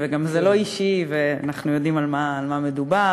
וגם זה לא אישי, ואנחנו יודעים על מה מדובר.